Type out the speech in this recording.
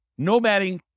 nomading